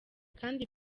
kandi